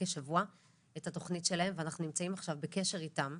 כשבוע ואנחנו נמצאים עכשיו בקשר איתם.